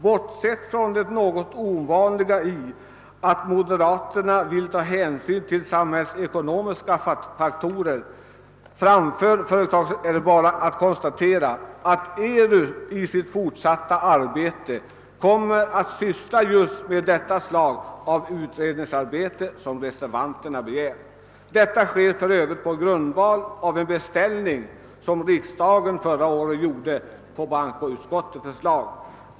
Bortsett från det något ovanliga i att moderaterna vill ta hänsyn till samhällsekonomiska faktorer framför företagsekonomiska är det bara att konstatera att ERU i sitt fortsatta arbete kommer att syssla med just det slag av utredningsarbete som reservanterna begär. Detta sker för övrigt på grundval av en beställning som riksdagen förra året gjorde på bankoutskottets förslag.